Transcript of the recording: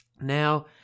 Now